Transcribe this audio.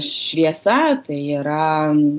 šviesa tai yra